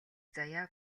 заяа